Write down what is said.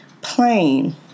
plain